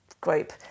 group